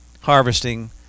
harvesting